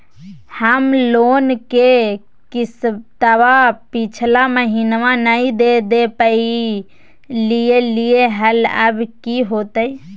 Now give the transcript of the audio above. हम लोन के किस्तवा पिछला महिनवा नई दे दे पई लिए लिए हल, अब की होतई?